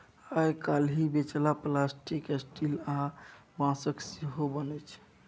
आइ काल्हि बेलचा plastic, steel आ बाँसक सेहो बनै छै